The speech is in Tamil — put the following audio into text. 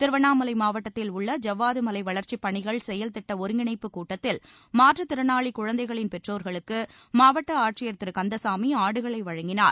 திருவண்ணாமலை மாவட்டத்தில் உள்ள ஜவ்வாது மலை வளர்ச்சிப் பணிகள் செயல் திட்ட ஒருங்கிணைப்புக் கூட்டத்தில் மாற்றுத் திறனாளி குழந்தைகளின் பெற்றோர்களுக்கு மாவட்ட ஆட்சியர் திரு கந்தசாமி ஆடுகளை வழங்கினார்